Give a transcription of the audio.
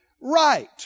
right